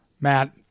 Matt